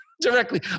directly